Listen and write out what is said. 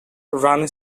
run